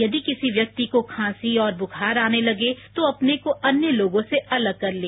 यदि किसी व्यक्ति को खासी और बुखार आने लगे तो अपने को अन्य लोगों से अलग कर लें